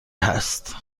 هست